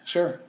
Sure